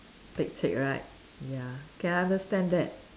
pek cek right ya can understand that